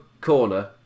corner